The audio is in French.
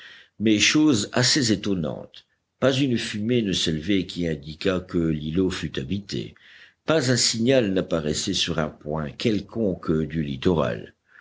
mais chose assez étonnante pas une fumée ne s'élevait qui indiquât que l'îlot fût habité pas un signal n'apparaissait sur un point quelconque du littoral